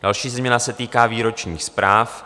Další změna se týká výročních zpráv.